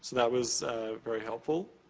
that was very helpful.